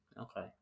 okay